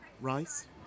rice